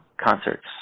concerts